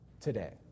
today